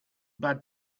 bad